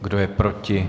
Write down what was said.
Kdo je proti?